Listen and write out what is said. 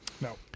No